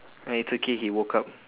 oh it's okay he woke up